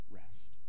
rest